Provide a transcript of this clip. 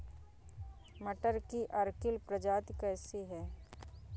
मटर की अर्किल प्रजाति कैसी है?